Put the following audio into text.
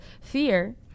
Fear